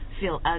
feel